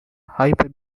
hyper